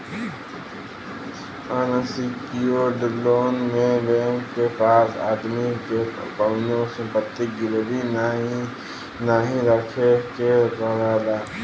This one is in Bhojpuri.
अनसिक्योर्ड लोन में बैंक के पास आदमी के कउनो संपत्ति गिरवी नाहीं रखे के पड़ला